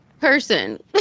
person